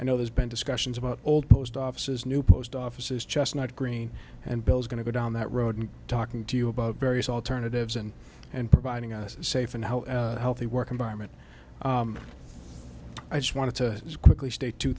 i know there's been discussions about old post offices new post office is just not green and bill is going to go down that road and talking to you about various alternatives and and providing us safe and how healthy work environment i just wanted to quickly state two